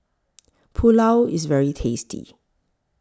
Pulao IS very tasty